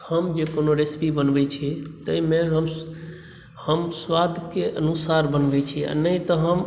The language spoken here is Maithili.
हम जे कोनो रेसिपी बनबै छी ताहि मे हम हम स्वादके अनुसार बनबै छी आ नहि तऽ हम